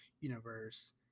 universe